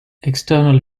external